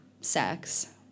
sex